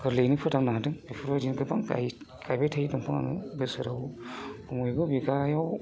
गोरलैयैनो फोथांनो हादों बेफोरबायदिनो गोबां गाय गायबाय थायो दंफां आङो बोसोराव खमैबो बिगायाव